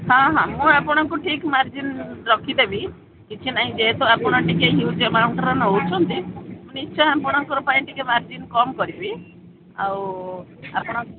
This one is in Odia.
ହଁ ହଁ ମୁଁ ଆପଣଙ୍କୁ ଠିକ୍ ମାର୍ଜିନ୍ ରଖିଦେବି କିଛି ନାହିଁ ଯେହେତୁ ଆପଣ ଟିକେ ହ୍ୟୁଜ୍ ଆମାଉଣ୍ଟର ନଉଛନ୍ତି ମୁଁ ନିଶ୍ଚୟ ଆପଣଙ୍କର ପାଇଁ ଟିକେ ମାର୍ଜିନ୍ କମ୍ କରିବି ଆଉ ଆପଣ